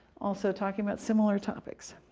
also talking about similar topics.